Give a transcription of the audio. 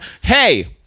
Hey